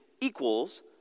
equals